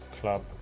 club